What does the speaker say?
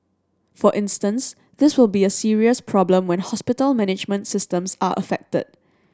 for instance this will be a serious problem when hospital management systems are affected